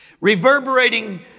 Reverberating